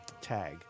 tag